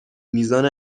میزان